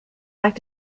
like